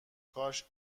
کاش